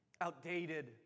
outdated